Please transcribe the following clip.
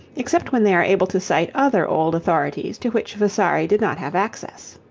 except when they are able to cite other old authorities to which vasari did not have access.